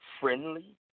friendly